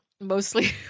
mostly